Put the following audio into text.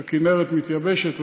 איך הכנרת מתייבשת וכו',